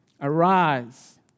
Arise